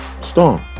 Storm